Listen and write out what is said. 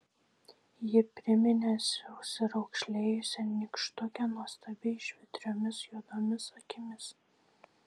ji priminė susiraukšlėjusią nykštukę nuostabiai žvitriomis juodomis akimis